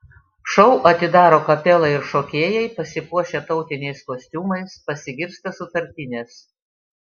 šou atidaro kapela ir šokėjai pasipuošę tautiniais kostiumais pasigirsta sutartinės